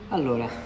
Allora